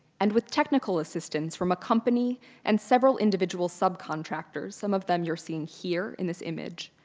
and with technical assistance from a company and several individual subcontractors, some of them you're seeing here in this image,